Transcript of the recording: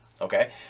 Okay